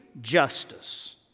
justice